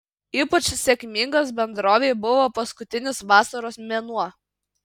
ypač sėkmingas bendrovei buvo paskutinis vasaros mėnuo